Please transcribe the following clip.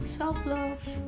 Self-love